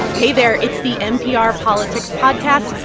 hey, there. it's the npr politics podcast.